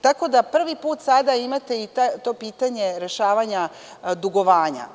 Tako da sada prvi put imate i to pitanje rešavanja dugovanja.